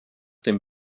dem